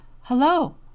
hello